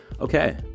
okay